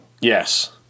Yes